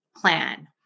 plan